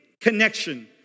connection